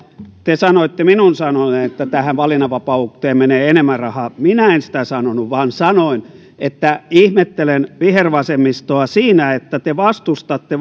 te sanoitte minun sanoneen että tähän valinnanvapauteen menee enemmän rahaa minä en sanonut sitä vaan sanoin että ihmettelen vihervasemmistoa siinä että te vastustatte